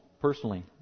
Personally